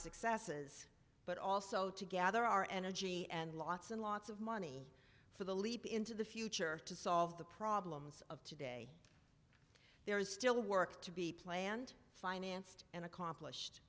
successes but also to gather our energy and lots and lots of money for the leap into the future to solve the problems of today there is still work to be planned financed and accomplished